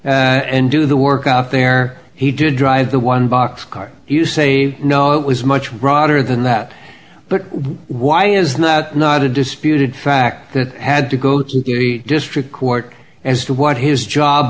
and do the work out there he did drive the one boxcar you say no it was much broader than that but why is that not a disputed fact that had to go to the district court as to what his job